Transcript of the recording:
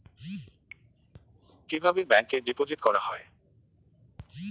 কিভাবে ব্যাংকে ডিপোজিট করা হয়?